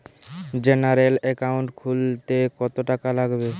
General account খুলতে কত টাকা লাগবে?